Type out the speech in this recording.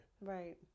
Right